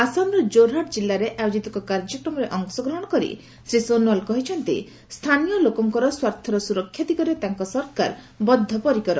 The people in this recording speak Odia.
ଆସାମର ଜୋରହାଟ ଜିଲ୍ଲାରେ ଆୟୋଜିତ ଏକ କାର୍ଯ୍ୟକ୍ରମରେ ଅଂଶଗ୍ରହଣ କରି ଶ୍ରୀ ସୋନୱାଲ କହିଛନ୍ତି ଯେ ସ୍ଥାନୀୟ ଲୋକମାନଙ୍କର ସ୍ୱାର୍ଥର ସୁରକ୍ଷା ଦିଗରେ ତାଙ୍କ ସରକାର ବଦ୍ଧ ପରିକର